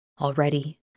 already